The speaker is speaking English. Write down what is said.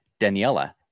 Daniela